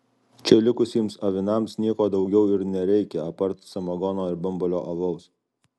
čia likusiems avinams nieko daugiau ir nereikia apart samagono ir bambalio alaus